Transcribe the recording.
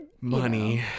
money